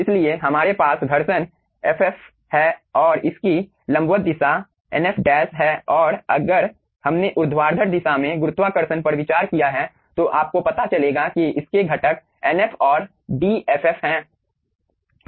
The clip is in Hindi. इसलिए हमारे पास घर्षण Ff हैं और इसकी लंबवत दिशा nf डैश है और अगर हमने ऊर्ध्वाधर दिशा में गुरुत्वाकर्षण पर विचार किया है तो आपको पता चलेगा कि इसके घटक nf और dFf हैं